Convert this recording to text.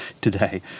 today